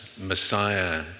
Messiah